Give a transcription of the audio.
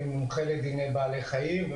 מומחה לדיני בעלי חיים,